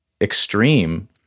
extreme